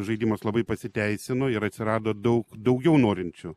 žaidimas labai pasiteisino ir atsirado daug daugiau norinčių